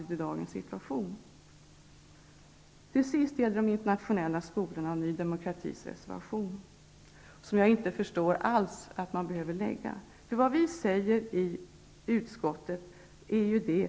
Till sist gälller det de internationella skolorna och Ny demokratis reservation, som jag inte alls förstår att man behövde foga till betänkandet.